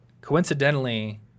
coincidentally